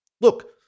Look